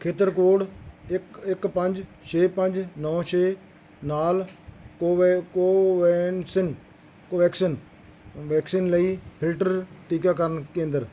ਖੇਤਰ ਕੋਡ ਇੱਕ ਇੱਕ ਪੰਜ ਛੇ ਪੰਜ ਨੌਂ ਛੇ ਨਾਲ ਕੋਵੈ ਕੋਵੇਨਸੀਨ ਕੋਵੈਕਸਿਨ ਵੈਕਸੀਨ ਲਈ ਫਿਲਟਰ ਟੀਕਾਕਰਨ ਕੇਂਦਰ